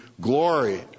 glory